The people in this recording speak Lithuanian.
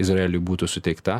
izraeliui būtų suteikta